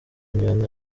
njyana